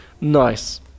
Nice